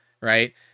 right